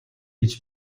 гэж